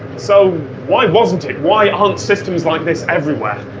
so why wasn't it? why aren't systems like this everywhere?